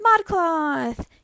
ModCloth